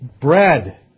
bread